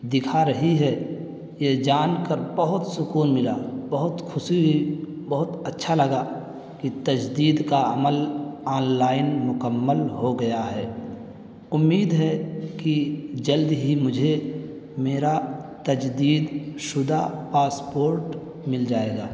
دکھا رہی ہے یہ جان کر بہت سکون ملا بہت خوشی ہوئی بہت اچھا لگا کہ تجدید کا عمل آن لائن مکمل ہو گیا ہے امید ہے کہ جلد ہی مجھے میرا تجدید شدہ پاسپورٹ مل جائے گا